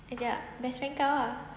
ajak best friend kau ah